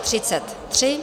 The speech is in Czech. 33.